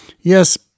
yes